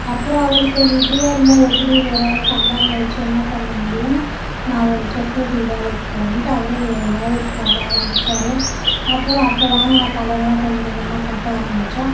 அப்புறம் அவர் சரி இப்படியே இருந்தால் எப்படி ஒரு ஆள் சம்பாரன வச்சு என்ன பண்ண முடியுன்னு நான் ஒரு செக்யூரிட்டி வேலைக்கு போகறன்ட்டு அவரும் ஒரு வேலைக்கு போக ஆரம்பிச்சார் அப்புறம் அப்போ வாங்கின கடன்லாம் கொஞ்சம் கொஞ்சமாக கட்ட ஆரம்பிச்சோம்